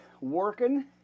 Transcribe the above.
working